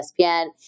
ESPN